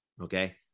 okay